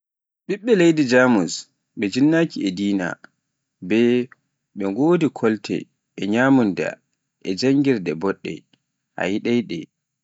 ɓiɓɓe leydi Jamus, ɓe jinnaki e dina, bo ɓe wodi kolte e nyamunda e janngirde boɗɗe a yiɗai ɗe